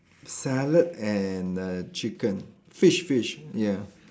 salad and uh chicken fish fish ya